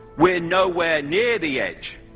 we are nowhere near the edge